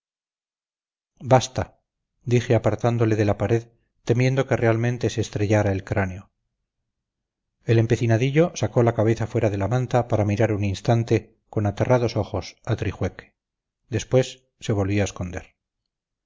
basta dije apartándole de la pared temiendo que realmente se estrellara el cráneo el empecinadillo sacó la cabeza fuera de la manta para mirar un instante con aterrados ojos a trijueque después se volvió a esconder